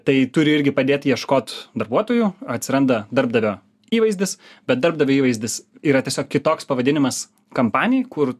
tai turi irgi padėt ieškot darbuotojų atsiranda darbdavio įvaizdis bet darbdavio įvaizdis yra tiesiog kitoks pavadinimas kampani kur